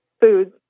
foods